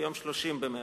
ב-30 במרס,